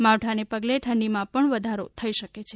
માવઠાને પગલે ઠંડીમાં પણ વધારો થઇ શકે છે